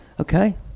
okay